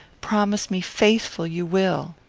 promise me faithful you will.